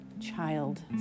child